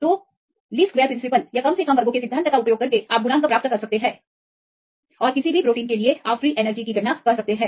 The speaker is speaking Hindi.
तो कम से कम वर्गों के सिद्धांत का उपयोग करें आप गुणांक प्राप्त कर सकते हैं और किसी भी प्रोटीन के लिए आप फ्री एनर्जी योगदान की गणना कर सकते हैं